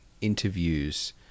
interviews